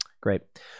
Great